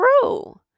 true